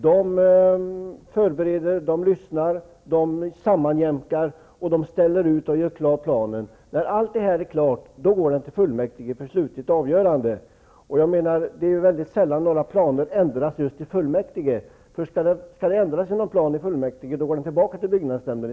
De förbereder, lyssnar, sammanjämkar och ställer ut planen. När allt detta är klart går planen till fullmäktige för slutligt avgörande. Det är sällan några planer ändras i fullmäktige. Om det skall ändras något i planen går den tillbaka till byggnadsnämnden.